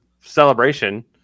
Celebration